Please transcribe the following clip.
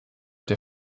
der